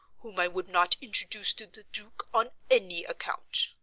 whom i would not introduce to the duke on any account.